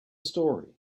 story